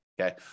okay